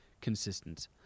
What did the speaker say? consistent